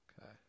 Okay